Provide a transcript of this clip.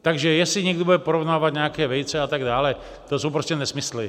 Takže jestli někdo bude porovnávat nějaké vejce atd., to jsou prostě nesmysly.